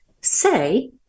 say